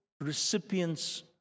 recipients